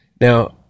Now